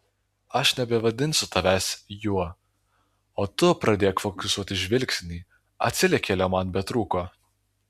aš nebevadinsiu tavęs juo o tu pradėk fokusuoti žvilgsnį atsilikėlio man betrūko